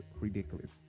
ridiculous